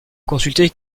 consulter